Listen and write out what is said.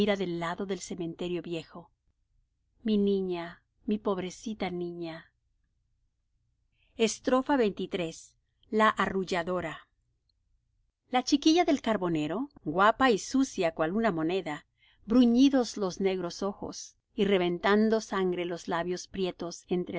del lado del cementerio viejo mi niña mi pobrecita niña xxiii la arrulladora la chiquilla del carbonero guapa y sucia cual una moneda bruñidos los negros ojos y reventando sangre los labios prietos entre